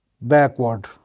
backward